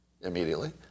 immediately